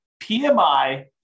PMI